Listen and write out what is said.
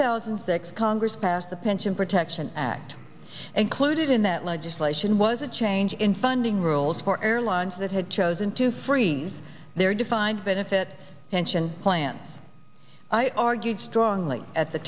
thousand and six congress passed the pension protection act and clued in that legislation was a change in funding rules for airlines that had chosen to freeze their defined benefit pension plan i argued strongly at the